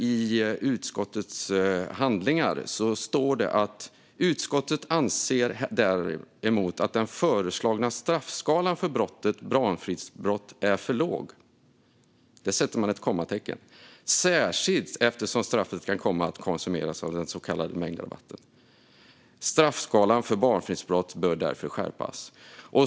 I utskottets handlingar står det: "Utskottet anser däremot att den föreslagna straffskalan för brottet barnfridsbrott är för låg," - där sätter man ett kommatecken - "särskilt eftersom straffet kan komma att konsumeras av den s.k. mängdrabatten . Straffskalan för barnfridsbrott bör därför skärpas."